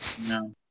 no